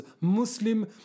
Muslim